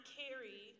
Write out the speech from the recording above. carry